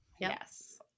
Yes